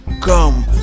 come